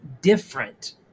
different